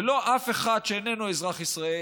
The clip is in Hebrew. ולא על אף אחד שאיננו אזרח ישראל,